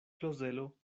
klozelo